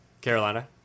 Carolina